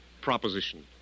Proposition